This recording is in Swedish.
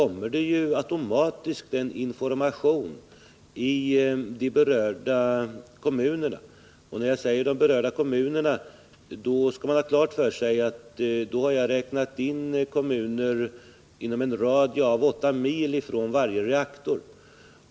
Man skall ha klart för sig att när jag talar om de berörda kommunerna har jag räknat in kommuner inom en radie av 8 mil 59 från varje reaktor.